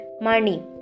money